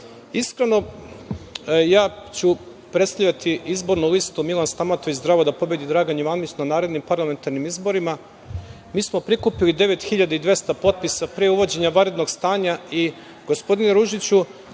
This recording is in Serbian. upravama. Iskreno, ja ću predstavljati izbornu listu – Milan Stamatović, Zdravo, da pobedi Dragan Jovanović na narednim parlamentarnim izborima. Mi smo prikupili 9.200 potpisa pre uvođenja vanrednog stanja. Gospodine Ružiću,